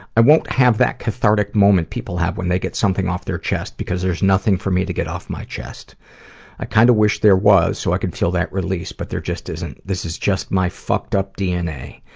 i won't have that cathartic moment people have when they get something off their chest because there's nothing for me to get off my chest i kinda kind of wish there was, so i could feel that release but there just isn't. this is just my fucked up dna.